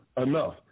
enough